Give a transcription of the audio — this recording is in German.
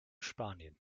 spanien